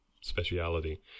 speciality